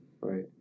right